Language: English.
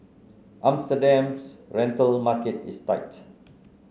Amsterdam's rental market is tight